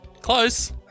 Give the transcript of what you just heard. close